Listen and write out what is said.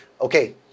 Okay